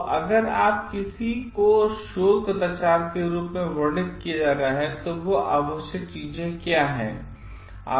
तो अगर किसी एक को शोध कदाचार के रूप में वर्णित किया जा रहा है तो आवश्यक चीजें क्या हैं